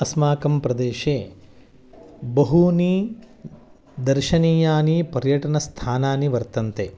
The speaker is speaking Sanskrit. अस्माकं प्रदेशे बहूनि दर्शनीयानि पर्यटनस्थानानि वर्तन्ते